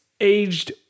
aged